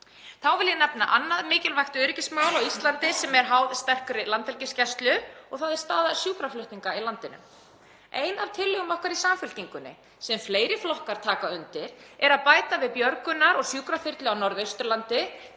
Þá vil ég nefna annað mikilvægt öryggismál á Íslandi sem er háð sterkri landhelgisgæslu og það er staða sjúkraflutninga í landinu. Ein af tillögum okkar í Samfylkingunni, sem fleiri flokkar taka undir, er að bæta við björgunar- og sjúkraþyrlu á Norðausturlandi